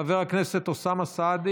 חבר הכנסת אוסאמה סעדי